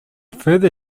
further